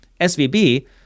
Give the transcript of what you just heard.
SVB